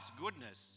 goodness